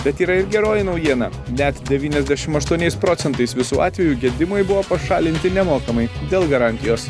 bet yra ir geroji naujiena net devyniasdešim aštuoniais procentais visų atvejų gedimai buvo pašalinti nemokamai dėl garantijos